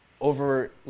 over